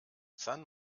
san